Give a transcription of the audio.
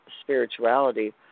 spirituality